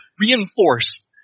reinforce